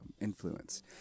influence